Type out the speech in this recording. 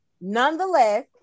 nonetheless